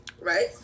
right